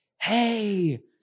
hey